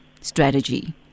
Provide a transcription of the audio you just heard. strategy